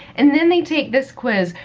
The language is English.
and then they take this quiz.